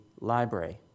Library